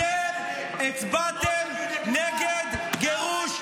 אתם, אתם, אתם, הולכים נגד חיילי צה"ל.